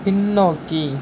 பின்னோக்கி